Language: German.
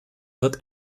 wird